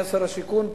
היה שר השיכון פה,